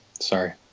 Sorry